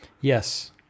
yes